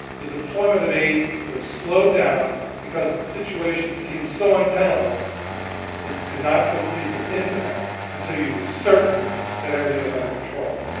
the deployment of aid was slowed down because the situation seemed so untenable that you could not put people in there until you were certain that everything was under control.